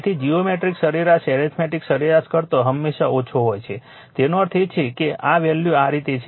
તેથી જીઓમેટ્રિક સરેરાશ એરિથમેટિક સરેરાશ કરતાં હંમેશા ઓછો હોય છે તેનો અર્થ એ કે આ વેલ્યુ આ રીતે છે